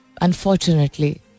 unfortunately